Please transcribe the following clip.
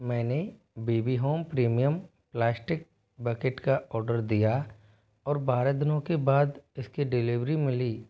मैंने B B home premium plastic bucket का order दिया और बारह दिनों के बाद इसकी डिलीवरी मिली